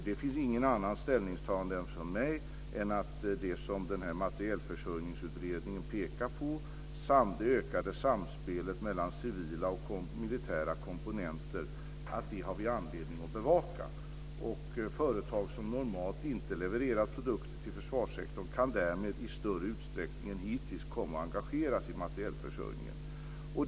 Det finns inget annat ställningstagande från mig än att vi har anledning att bevaka det som den här Materielförsörjningsutredningen pekar på, det ökade samspelet mellan civila och militära komponenter. Företag som normalt inte levererar produkter till försvarssektorn kan därmed i större utsträckning än hittills komma att engageras i materielförsörjningen.